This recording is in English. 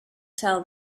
tell